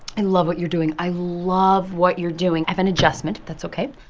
i love what you're doing. i love what you're doing. i have an adjustment, if that's ok.